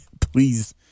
Please